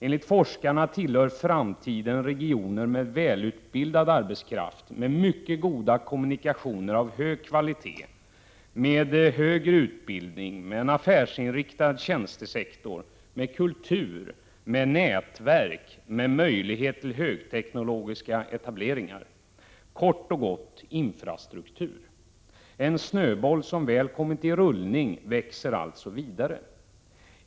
Enligt forskarna tillhör framtiden regioner med välutbildad arbetskraft, med mycket goda kommunikationer av hög kvalitet, med högre utbildning, med en affärsinriktad tjänstesektor, med kultur, med nätverk och med möjlighet till högteknologiska etableringar. Kort och gott: infrastruktur. En snöboll som väl kommit i rullning växer alltså vidare.